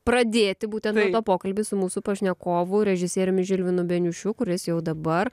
pradėti būtent va tą pokalbį su mūsų pašnekovu režisieriumi žilvinu beniušiu kuris jau dabar